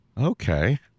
Okay